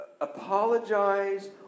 apologize